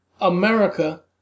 America